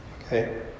okay